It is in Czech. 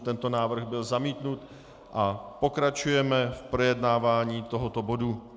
Tento návrh byl zamítnut a pokračujeme v projednávání tohoto bodu.